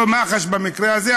לא מח"ש במקרה הזה,